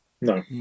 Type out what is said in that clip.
No